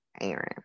Aaron